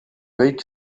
kõik